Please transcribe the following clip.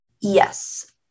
Yes